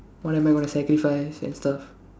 what am I going to sacrifice and stuff